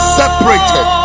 separated